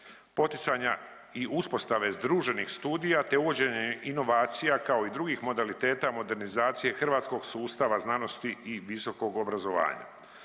poticanja i uspostave združenih studija, te uvođenje inovacija, kao i drugih modaliteta modernizacije hrvatskog sustava znanosti i visokog obrazovanja.